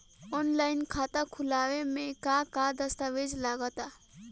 Online खाता खूलावे म का का दस्तावेज लगा ता?